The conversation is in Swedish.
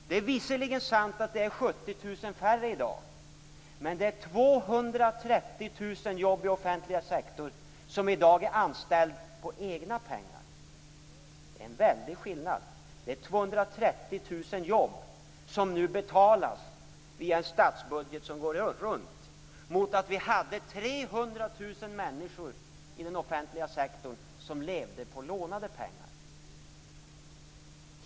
Det är visserligen sant att det är 70 000 färre anställda i dag, men det är 230 000 jobb i den offentliga sektorn som i dag är finansierade med egna pengar. Det är en väldig skillnad. 230 000 jobb betalas nu via en statsbudget går ihop. Det kan jämföras med 300 000 jobb i den offentliga sektorn som finansierades med lånade pengar.